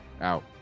out